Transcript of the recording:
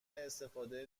استفاده